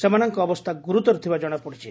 ସେମାନଙ୍କ ଅବସ୍ଥା ଗୁରୁତର ଥିବା ଜଶାପଡ଼ିଛି